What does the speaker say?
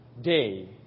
day